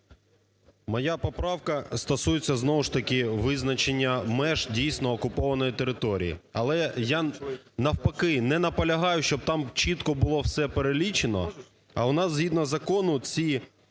Моя поправка стосується знову ж таки визначення меж дійсно окупованої території, але я навпаки не наполягаю, щоб там чітко було все перелічено. А у нас згідно закону ці